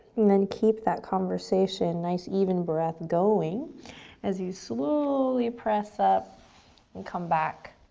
then keep that conversation, nice, even breath going as you slowly press up and come back